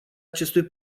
acestui